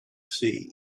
see